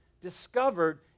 discovered